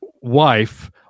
wife